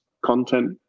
Content